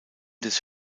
des